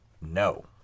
No